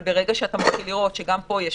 אבל ברגע שאתה מתחיל לראות שגם פה יש,